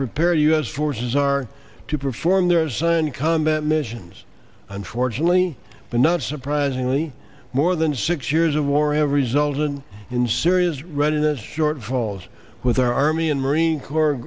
prepare u s forces are to perform their assigned combat missions unfortunately but not surprisingly more than six years of war have resulted in serious readiness shortfalls with our army and marine corps